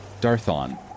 Darthon